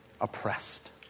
oppressed